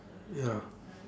ya